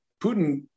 Putin